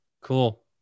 cool